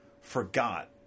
forgot